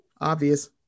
obvious